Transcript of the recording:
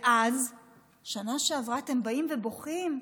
ואז בשנה שעברה אתם באים ובוכים: